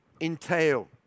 entail